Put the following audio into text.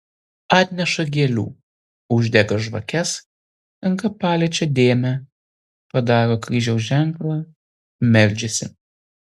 atneša gėlių uždega žvakes ranka paliečią dėmę padaro kryžiaus ženklą meldžiasi